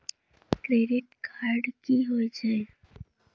Credit card की होई छै?